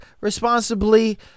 responsibly